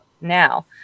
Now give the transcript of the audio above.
now